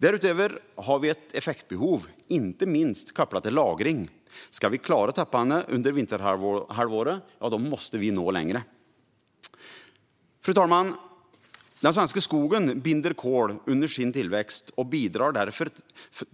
Därutöver har vi ett effektbehov, inte minst kopplat till lagring. Ska vi klara topparna under vinterhalvåret måste vi nå längre. Fru talman! Den svenska skogen binder kol under sin tillväxt och bidrar därför